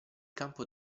campo